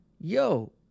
Yo